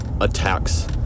attacks